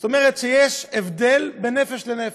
זאת אומרת שיש הבדל בין נפש לנפש.